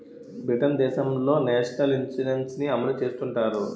Britain దేశంలో national insurance ని అమలు చేస్తుంటారు